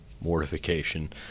mortification